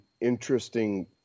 interesting